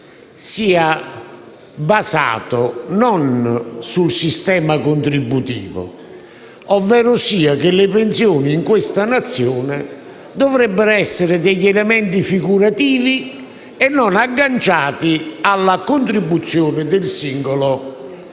basato sul sistema contributivo, ovverosia che le pensioni di questa Nazione dovrebbero essere elementi figurativi e non agganciati alla contribuzione del singolo cittadino.